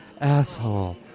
asshole